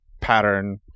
pattern